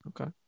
okay